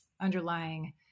underlying